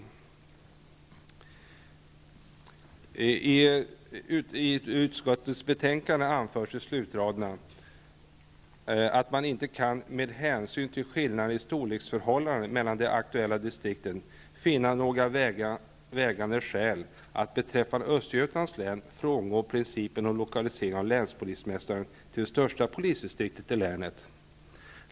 På slutraderna i utskottets betänkande anförs att utskottet inte kan ''med hänsyn till skillnaderna i storleksförhållandena mellan de aktuella distrikten, finna några vägande skäl att beträffande Östergötlands län frångå principen om lokalisering av länspolismästaren till det största polisdistriktet i länet.